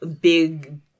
big